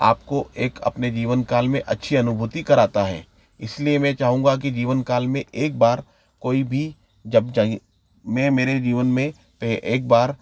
आपको एक अपने जीवन काल में अच्छी अनुभूति कराता है इसलिए मैं चाहूँगा कि जीवन काल में एक बार कोई भी जब मैं मेरे जीवन में पे एक बार